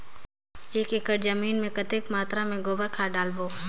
एक एकड़ जमीन मे कतेक मात्रा मे गोबर खाद डालबो?